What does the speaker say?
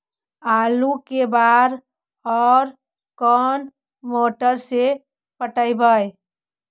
आलू के बार और कोन मोटर से पटइबै?